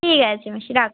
ঠিক আছে মাসি রাখো